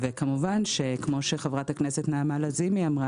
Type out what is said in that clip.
כמו שאמרה חברת הכנסת נעמה לזימי,